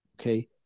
okay